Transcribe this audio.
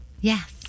Yes